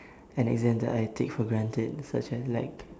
an exam that I take for granted such as like